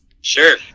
Sure